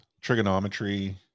trigonometry